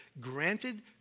granted